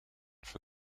for